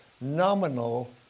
nominal